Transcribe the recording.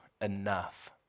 enough